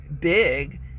big